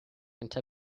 into